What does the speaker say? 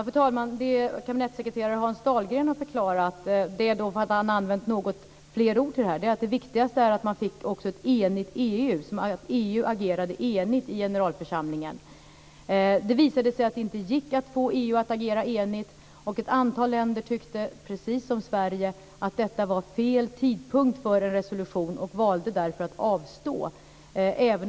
Fru talman! Det som kabinettssekreterare Hans Dahlgren har förklarat - han har använt något fler ord - är att det viktigaste är att man fick ett enigt EU. Man ville att EU ska agera enigt i generalförsamlingen. Det visade sig att det inte gick att få EU att agera enigt. Ett antal länder tyckte, precis som Sverige, att detta var fel tidpunkt för en resolution och valde därför att avstå.